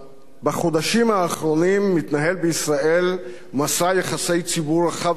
בחודשים האחרונים מתנהל בישראל מסע יחסי ציבור רחב היקף